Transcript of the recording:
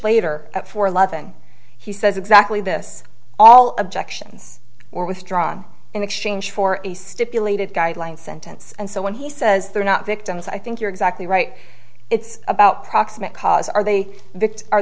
later at four eleven he says exactly this all objections were withdrawn in exchange for a stipulated guideline sentence and so when he says they're not victims i think you're exactly right it's about proximate cause are they